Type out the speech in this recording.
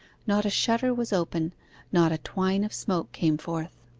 not a shutter was open not a twine of smoke came forth.